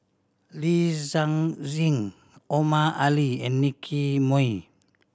Li Omar Ali and Nicky Moey